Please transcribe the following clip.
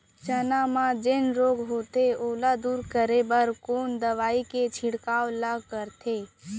चना म जेन रोग होथे ओला दूर करे बर कोन दवई के छिड़काव ल करथे?